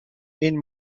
این